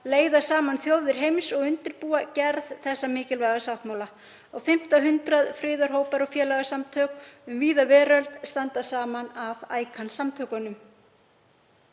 leiða saman þjóðir heims og undirbúa gerð þessa mikilvæga sáttmála. Á fimmta hundrað friðarhópar og félagasamtök um víða veröld standa saman að ICAN-samtökunum.